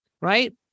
right